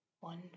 one